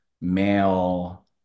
male